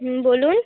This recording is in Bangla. হুম বলুন